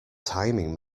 timing